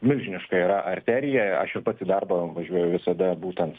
milžiniška yra arterija aš ir pats į darbą važiuoja visada būtent